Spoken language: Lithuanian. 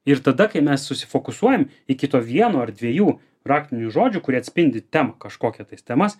ir tada kai mes susifokusuojam iki to vieno ar dviejų raktinių žodžių kurie atspindi temą kažkokią tais temas